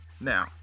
now